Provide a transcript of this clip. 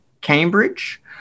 Cambridge